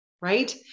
Right